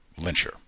lyncher